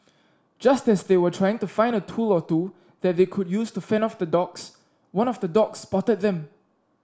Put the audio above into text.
just as they were trying to find a tool or two that they could use to fend off the dogs one of the dogs spotted them